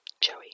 Joey